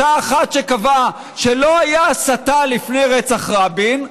אותה אחת שקבעה שלא הייתה הסתה לפני רצח רבין,